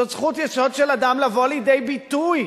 זו זכות יסוד של אדם לבוא לידי ביטוי,